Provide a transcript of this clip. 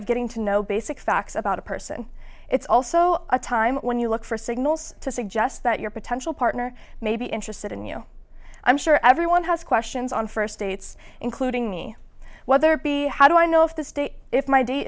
of getting to know basic facts about a person it's also a time when you look for signals to suggest that your potential partner may be interested in you i'm sure everyone has questions on first dates including me whether it be how do i know if this date if my day